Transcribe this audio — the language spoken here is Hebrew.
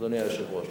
אדוני היושב-ראש,